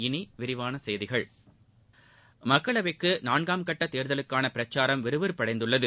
இனி விரிவான செய்திகள் மக்களவைக்கு நான்காம் கட்ட தேர்தலுக்கான பிரச்சாரம் விறுவிறுப்படைந்துள்ளது